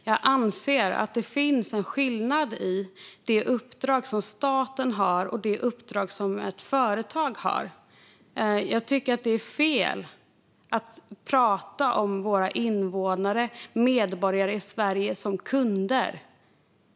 Jag anser att det finns en skillnad mellan det uppdrag som staten har och det uppdrag som ett företag har. Jag tycker att det är fel att prata om våra invånare och medborgare i Sverige som kunder.